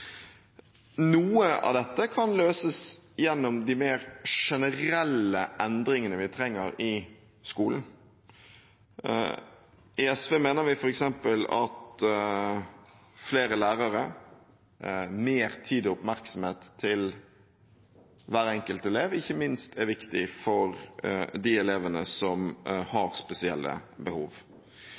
Noe av dette kan løses gjennom de mer generelle endringene vi trenger i skolen. I SV mener vi f.eks. at flere lærere, mer tid og oppmerksomhet til hver enkelt elev ikke minst er viktig for de elevene som har spesielle behov.